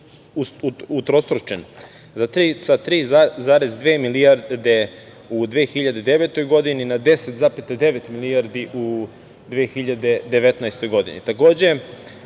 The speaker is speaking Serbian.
utrostručen sa 3,2 milijarde u 2009. godini na 10,9 milijardi u 2019. godini.